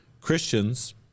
Christians